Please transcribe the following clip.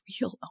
real